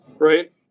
Right